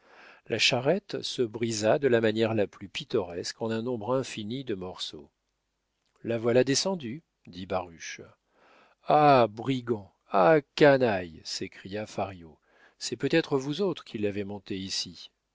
la charrette se brisa de la manière la plus pittoresque en un nombre infini de morceaux la voilà descendue dit baruch ah brigands ah canailles s'écria fario c'est peut-être vous autres qui l'avez montée ici